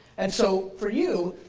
and so for you,